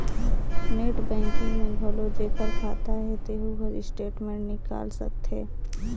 net banking में घलो जेखर खाता हे तेहू हर स्टेटमेंट निकाल सकथे